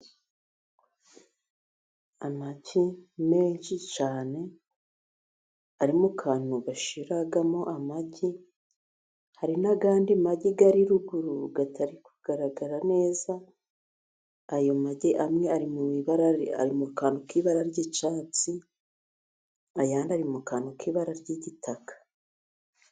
Amagi menshi cyane ari mu kantu bashyiramo amagi, hari n'andi magi ari ruguru, atari kugaragara neza. Ayo magi amwe ari mu ibara, ari mu kantu k'ibara ry'icyatsi, ayandi ari mu kantu k'ibara ry'igitaka.